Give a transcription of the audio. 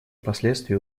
последствия